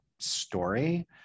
story